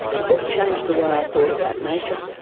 the book changed the way i thought about nature,